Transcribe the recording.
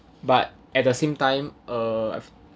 but at the same time uh I feel